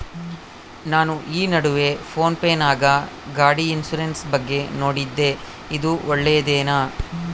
ನಾನು ಈ ನಡುವೆ ಫೋನ್ ಪೇ ನಾಗ ಗಾಡಿ ಇನ್ಸುರೆನ್ಸ್ ಬಗ್ಗೆ ನೋಡಿದ್ದೇ ಇದು ಒಳ್ಳೇದೇನಾ?